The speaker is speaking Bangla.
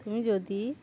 তুমি যদি